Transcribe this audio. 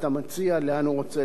לאן הוא רוצה להעביר את זה.